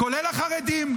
כולל החרדים,